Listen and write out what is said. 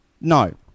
No